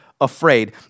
afraid